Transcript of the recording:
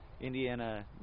Indiana